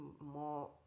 more